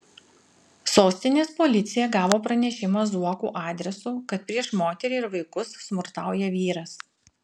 sostinės policija gavo pranešimą zuokų adresu kad prieš moterį ir vaikus smurtauja vyras